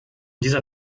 dieser